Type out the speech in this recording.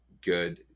good